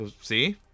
See